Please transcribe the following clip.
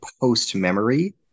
post-memory